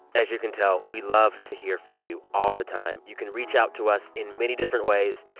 as you can tell, we love to hear from you all the time. you can reach out to us in many different ways.